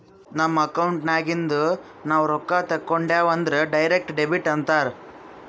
ನಮ್ ಅಕೌಂಟ್ ನಾಗಿಂದ್ ನಾವು ರೊಕ್ಕಾ ತೇಕೊಂಡ್ಯಾವ್ ಅಂದುರ್ ಡೈರೆಕ್ಟ್ ಡೆಬಿಟ್ ಅಂತಾರ್